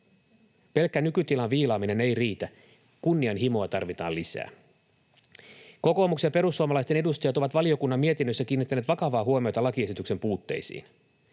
Pelkkä nykytilan viilaaminen ei riitä. Kunnianhimoa tarvitaan lisää. Kokoomuksen ja perussuomalaisten edustajat ovat valiokunnan mietinnössä kiinnittäneet vakavaa huomiota lakiesityksen puutteisiin.